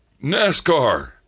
NASCAR